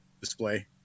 display